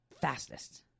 fastest